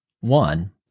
one